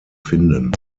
finden